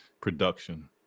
production